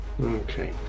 Okay